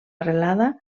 arrelada